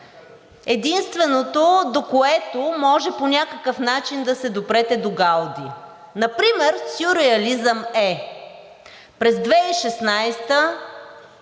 единственото, до което може по някакъв начин да се допрете до Гауди. Например сюрреализъм е през 2016